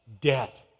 debt